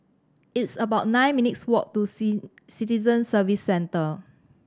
it's about nine minutes' walk to Citizen Services Centre